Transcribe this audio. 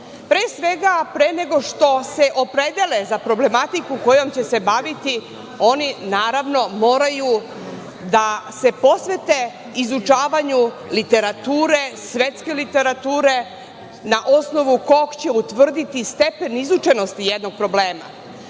Pre svega, pre nego što se opredele za problematiku kojom će se baviti, oni, naravno, moraju da se posvete izučavanju literature, svetske literature, na osnovu koje će utvrditi stepen izučenosti jednog problema.